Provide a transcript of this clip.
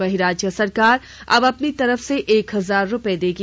वहीं राज्य सरकार अब अपनी तरफ से एक हजार रुपए देगी